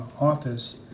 office